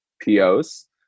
POs